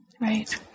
Right